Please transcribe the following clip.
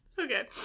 Okay